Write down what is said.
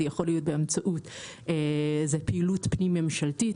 זה יכול להיות באמצעות איזו פעילות פנים-ממשלתית.